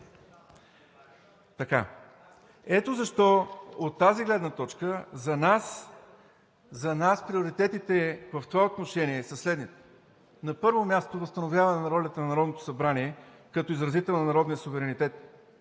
Ето защо, от тази гледна точка, за нас приоритетите в това отношение са следните: На първо място, възстановяване на ролята на Народното събрание като изразител на народния суверенитет.